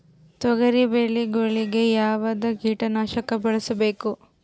ತೊಗರಿಬೇಳೆ ಗೊಳಿಗ ಯಾವದ ಕೀಟನಾಶಕ ಬಳಸಬೇಕು?